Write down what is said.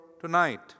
tonight